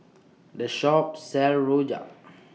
The Shop sells Rojak